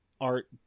art